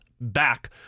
back